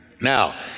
Now